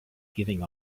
giving